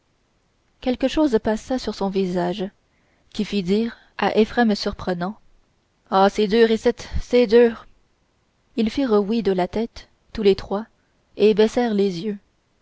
quelque chose passa sur son visage qui fit dire à éphrem surprenant ah c'est dur icitte c'est dur ils firent oui de la tête tous les trois et baissèrent les yeux